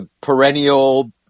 perennial